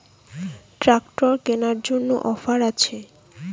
Tractor কেনার জন্য offer আছে?